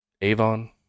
Avon